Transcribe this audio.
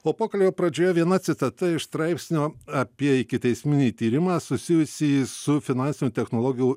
o pokalbio pradžioje viena citata iš straipsnio apie ikiteisminį tyrimą susijusį su finansinių technologijų